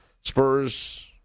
Spurs